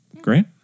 Great